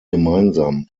gemeinsam